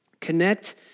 Connect